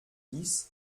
dix